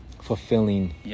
fulfilling